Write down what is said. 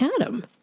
Adam